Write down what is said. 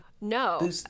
no